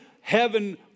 heaven